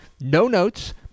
no-notes